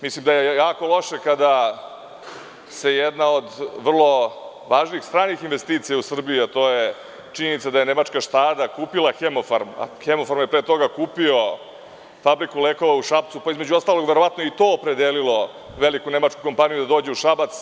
Mislim da je jako loše da se jedna od vrlo važnih stranih investicija u Srbiji, a to je činjenica da je nemačka „Štada“ kupila „Hemofarm“, a „Hemofarm“ je pre toga kupio fabriku lekova u Šapcu, pa je to između ostalog opredelilo veliku nemačku kompaniju da dođe u Šabac.